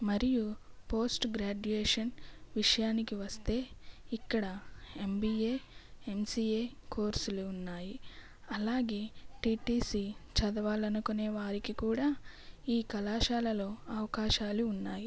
మరియు post graduation విషయానికి వస్తే ఇక్కడ ఎంబీఏ ఎంసీఏ కోర్సులు ఉన్నాయి అలాగే టిటిసి చదవాలనుకునే వారికి కూడా ఈ కళాశాలలో అవకాశాలు ఉన్నాయి